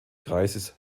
kreises